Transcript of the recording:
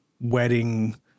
wedding